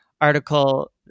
article